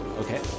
Okay